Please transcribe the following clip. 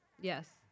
Yes